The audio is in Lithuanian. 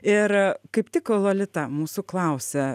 ir kaip tik lolita mūsų klausia